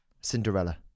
Cinderella